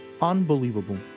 unbelievable